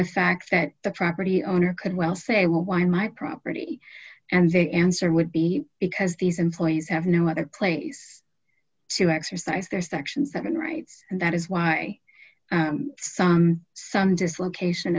the fact that the property owner could well say why my property and they answer would be because these employees have no other place to exercise their section seven rights and that is why some some dislocation